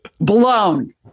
Blown